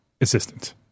Assistant